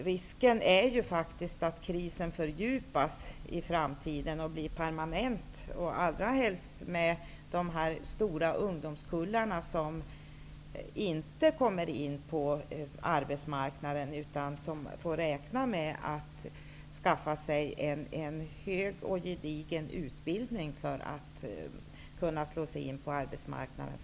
Risken är ju att krisen fördjupas i framtiden och blir permanent, allra helst med de stora ungdomskullarna som inte kommer in på arbetsmarknaden utan som får räkna med att skaffa sig en hög och gedigen utbildning för att så småningom kunna slå sig in på arbetsmarknaden.